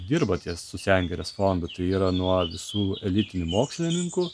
dirba ties su sengirės fondu tai yra nuo visų elitinių mokslininkų